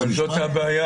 באולם.